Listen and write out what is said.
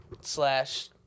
Slash